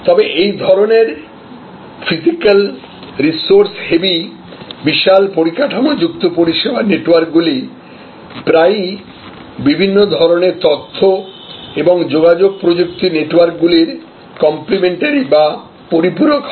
তবে এই ধরণের ফিজিক্যাল রিসোর্স হেভী বিশাল পরিকাঠামো যুক্ত পরিষেবা নেটওয়ার্কগুলি প্রায়ই বিভিন্ন ধরণের তথ্য এবং যোগাযোগ প্রযুক্তি নেটওয়ার্কগুলির কম্প্লিমেন্টারি বা পরিপূরক হয়